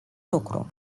lucru